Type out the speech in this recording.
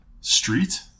Street